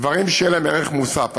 דברים שיהיה להם ערך מוסף.